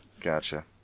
Gotcha